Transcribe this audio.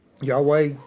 Yahweh